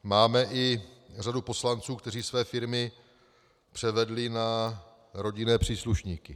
Máme i řadu poslanců, kteří své firmy převedli na rodinné příslušníky.